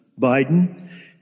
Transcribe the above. Biden